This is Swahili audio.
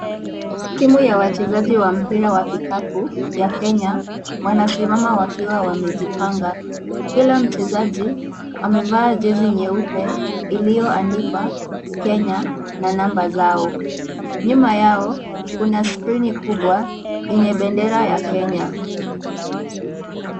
Timu ya wachezaji wa mpira wa kikapu ya Kenya wanasimama wakiwa wamejipanga. Kila mchezaji amevaa jezi nyeupe iliyoandikwa Kenya na namba zao. Nyuma yao kuna skrini kubwa yenye bendera ya Kenya.